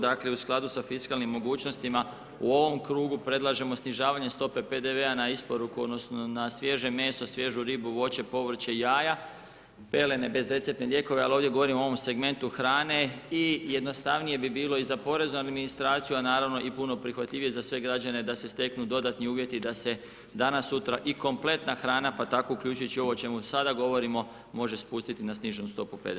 Dakle u skladu sa fiskalnim mogućnostima, u ovom krugu predlažemo snižavanje stope PDV-a na isporuku odnosno na svježe meso, svježu ribu, voće, povrće, jaja, pelene, bezreceptne lijekove, ali ovdje govorimo o ovom segmentu hrane i jednostavnije bi bilo i za poreznu administraciju a naravno i puno prihvatljivije za sve građane da se steknu dodatni uvjeti da se danas-sutra i kompletna hrana pa tako uključujući ovo o čemu sada govorimo, može spustiti na sniženu stopu PDV-a.